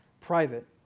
private